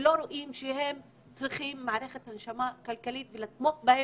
לא רואים שהם צריכים מערכת הנשמה כלכלית ושצריך לתמוך בהם.